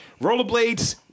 Rollerblades